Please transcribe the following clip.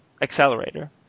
accelerator